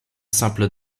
simple